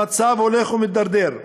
המצב הולך ומידרדר.